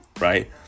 right